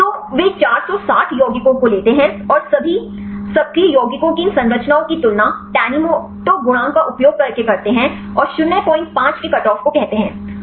तो वे 460 यौगिकों को लेते हैं और सभी सक्रिय यौगिकों की इन संरचनाओं की तुलना tanimoto गुणांक का उपयोग करके करते हैं और 05 के कट ऑफ को कहते हैं